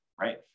right